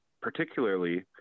particularly